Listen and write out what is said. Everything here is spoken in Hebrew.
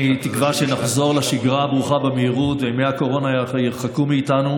אני תקווה שנחזור לשגרה הברוכה במהירות וימי הקורונה ירחקו מאיתנו.